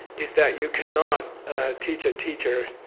is that you cannot teach a teacher